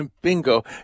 bingo